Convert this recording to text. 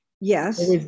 Yes